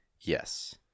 Yes